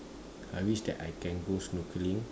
I wish that I can go snorkelling